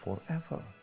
forever